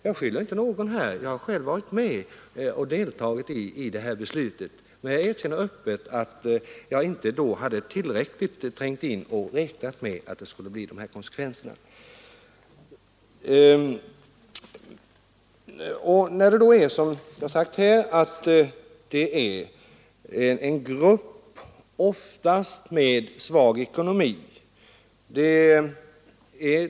Jag har själv varit med om 26 mars 1974 att fatta beslutet och skyller alltså inte någon för dessa negativa konsekvenser. Jag erkänner öppet att jag vid beslutets fattande inte hade trängt in tillräckligt i frågan, och därför räknade jag inte med att beslutet skulle få de här konsekvenserna.